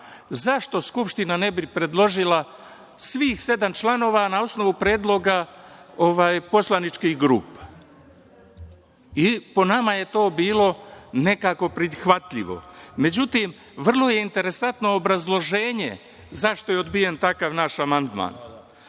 zašto Skupština ne bi predložila svih sedam članova na osnovu predloga poslaničkih grupa? Po nama je to bilo nekako prihvatljivo.Međutim, vrlo je interesantno obrazloženje zašto je odbijen takav naš amandman.